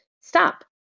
STOP